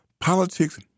Politics